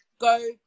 go